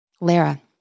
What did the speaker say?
Lara